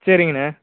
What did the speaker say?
சரிங்கண்ணே